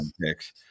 picks